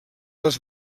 les